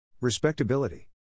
Respectability